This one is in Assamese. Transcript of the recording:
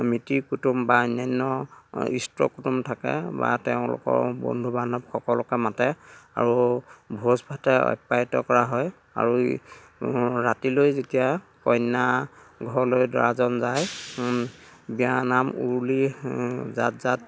মিতিৰ কুটুম বা অন্যান্য অঁ ইষ্ট কুটুম থাকে বা তেওঁলোকৰ বন্ধু বান্ধৱ সকলোকে মাতে আৰু ভোজ ভাতে আপ্যায়িত কৰা হয় আৰু ৰাতিলৈ যেতিয়া কইনা ঘৰলৈ দৰাজন যায় বিয়ানাম উৰুলি জাত জাত